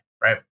right